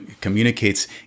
communicates